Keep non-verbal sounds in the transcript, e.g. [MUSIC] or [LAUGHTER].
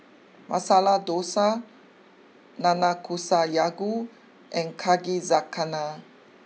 Masala Dosa Nanakusa [UNINTELLIGIBLE] and Yakizakana